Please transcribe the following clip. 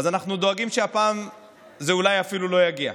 אז אנחנו דואגים שהפעם זה אולי אפילו לא יגיע.